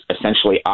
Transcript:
essentially